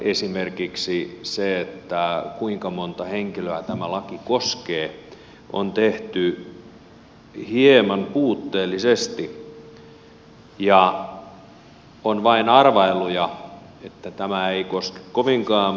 esimerkiksi se kuinka montaa henkilöä tämä laki koskee on tehty hieman puutteellisesti ja on vain arvailuja että tämä ei koske kovinkaan montaa